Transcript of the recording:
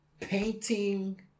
painting